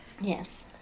Yes